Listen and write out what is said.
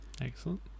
excellent